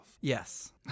yes